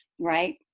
right